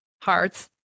hearts